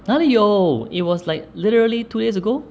哪里有 it was like literally two days ago